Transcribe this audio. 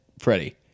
Freddie